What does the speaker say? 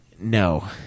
No